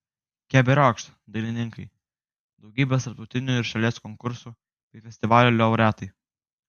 keberiokšt dainininkai daugybės tarptautinių ir šalies konkursų bei festivalių laureatai